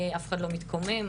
אף אחד לא מתקומם,